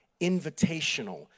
invitational